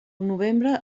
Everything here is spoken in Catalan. novembre